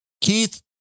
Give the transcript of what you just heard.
Keith